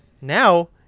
now